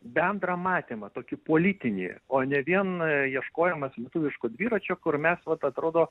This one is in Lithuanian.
bendrą matymą tokį politinį o ne vien ieškojimas lietuviško dviračio kur mes vat atrodo